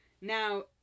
now